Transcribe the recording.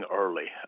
early